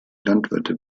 landwirte